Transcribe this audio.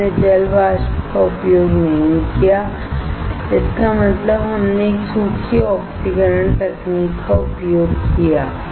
हमने जल वाष्प का उपयोग नहीं किया है इसका मतलब है हमने एक सूखी ऑक्सीकरण तकनीक का उपयोग किया है